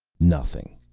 nothing.